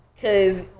Cause